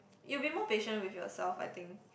you'll be more patient with yourself I think